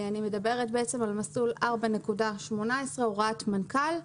אני מדברת על מסלול 4.18, הוראת מנכ"ל.